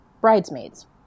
Bridesmaids